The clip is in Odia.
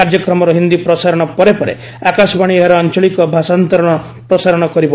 କାର୍ଯ୍ୟକ୍ରମର ହିନ୍ଦୀ ପ୍ରସାରଣ ପରେ ପରେ ଆକାଶବାଣୀ ଏହାର ଆଞ୍ଚଳିକ ଭାଷାନ୍ତରଣର ପ୍ରସାରଣ କରିବ